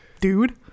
dude